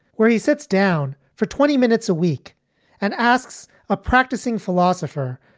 where he sits down for twenty minutes a week and asks a practicing philosopher.